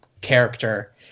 character